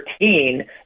13